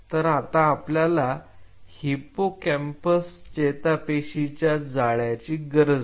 तर आता आपल्याला हिपोकॅम्पस चेतापेशीच्या जाळ्याची गरज आहे